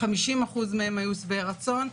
50% מהם היו שבעי רצון,